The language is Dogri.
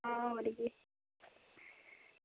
हां होर केह्